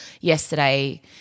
yesterday